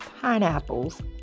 pineapples